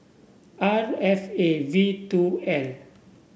R F A V two L